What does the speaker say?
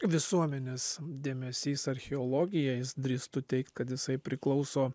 visuomenės dėmesys į archeologiją drįstu teigt kad jisai priklauso